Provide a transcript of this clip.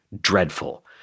dreadful